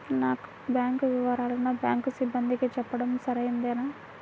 నా బ్యాంకు వివరాలను బ్యాంకు సిబ్బందికి చెప్పడం సరైందేనా?